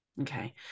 Okay